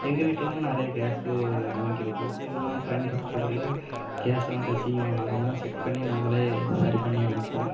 எங்கள் வீட்டிலலாம் நிறைய கேஸு வாங்கியிருக்கோம் இதெல்லாம் பயன்படுத்தகுள்ளே கேஸ்லாம் கசியும் அதல்லாம் செக் பண்ணி நாங்களே சரி பண்ணி அனுப்புவோம்